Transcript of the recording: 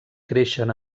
creixen